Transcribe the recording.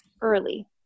early